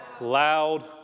Loud